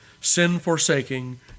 sin-forsaking